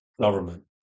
government